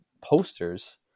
posters